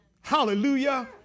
Hallelujah